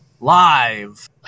live